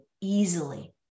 easily